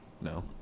No